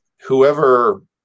whoever